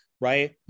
right